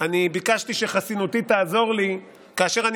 אני ביקשתי שחסינותי תעזור לי כאשר אני